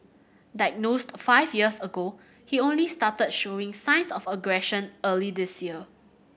diagnosed five years ago he only started showing signs of aggression early this year